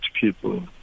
people